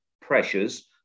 pressures